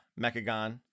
Mechagon